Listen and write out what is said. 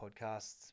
podcasts